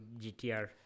GTR